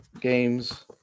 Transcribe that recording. games